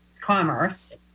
commerce